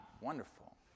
Wonderful